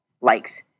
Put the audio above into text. Likes